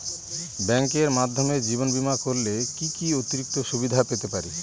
ব্যাংকের মাধ্যমে জীবন বীমা করলে কি কি অতিরিক্ত সুবিধে পেতে পারি?